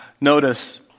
notice